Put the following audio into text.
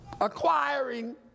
acquiring